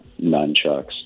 nunchucks